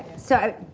so,